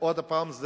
עוד הפעם,